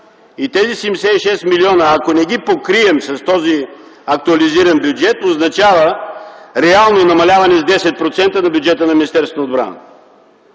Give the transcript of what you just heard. Тези 76 милиона, ако не ги покрием с този актуализиран бюджет, означава реално намаляване с 10% на бюджета на